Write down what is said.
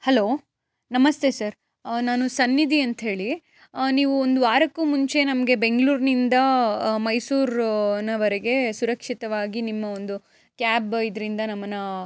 hello ನಮಸ್ತೇ sir ನಾನು ಸನ್ನಿದಿ ಅಂಥೇಳಿ ನೀವು ಒಂದು ವಾರಕ್ಕೂ ಮುಂಚೆ ನಮಗೆ ಬೆಂಗಳೂರ್ನಿಂದ ಮೈಸೂರ್ರನವರೆಗೆ ಸುರಕ್ಷಿತವಾಗಿ ನಿಮ್ಮ ಒಂದು ಕ್ಯಾಬ್ ಇದರಿಂದ ನಮ್ಮನ್ನ